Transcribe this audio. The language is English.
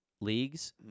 leagues